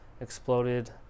Exploded